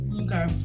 Okay